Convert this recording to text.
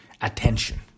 attention